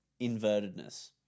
invertedness